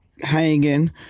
Hanging